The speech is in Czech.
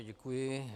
Děkuji.